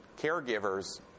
caregivers